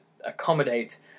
accommodate